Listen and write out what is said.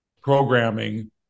programming